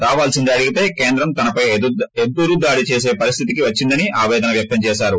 రావాల్సింది అడిగితే కేంద్రం నామీదే ఎదురుదాడి చేసే పరిస్థితికి వచ్చిందని తపేదన వ్యక్తం చేసారు